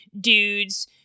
dudes